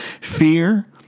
Fear